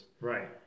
Right